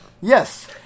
yes